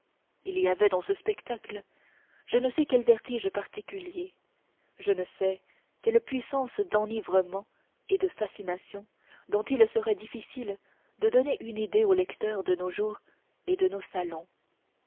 il y avait dans ce spectacle je ne sais quel vertige particulier je ne sais quelle puissance d'enivrement et de fascination dont il serait difficile de donner une idée au lecteur de nos jours et de nos salons